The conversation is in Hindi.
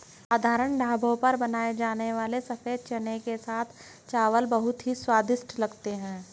साधारण ढाबों पर बनाए जाने वाले सफेद चने के साथ चावल बहुत ही स्वादिष्ट लगते हैं